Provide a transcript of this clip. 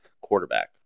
quarterback